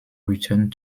returned